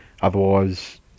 Otherwise